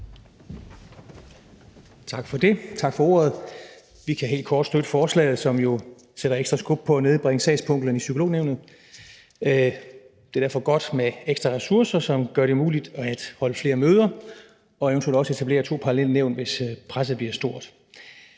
Tak for ordet. Jeg vil sige helt kort, at vi kan støtte forslaget, som jo sætter ekstra skub på at nedbringe sagspuklen i Psykolognævnet. Det er derfor godt med ekstra ressourcer, som gør det muligt at holde flere møder og eventuelt også etablere to parallelle nævn, hvis presset bliver stort.